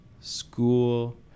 school